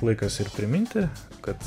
laikas ir priminti kad